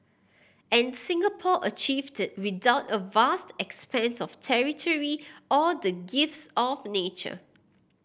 and Singapore achieved without a vast expanse of territory or the gifts of nature